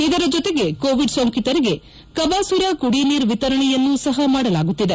ಇದರ ಜೊತೆಗೆ ಕೋವಿಡ್ ಸೋಂಕಿತರಿಗೆ ಕಬಾಸುರ ಕುಡಿನೀರ್ ವಿತರಣೆಯನ್ನೂ ಸಹ ಮಾಡಲಾಗುತ್ತಿದೆ